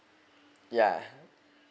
yeah